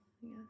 Yes